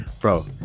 Bro